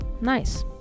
nice